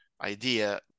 idea